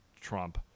Trump